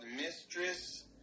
Mistress